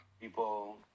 people